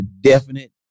definite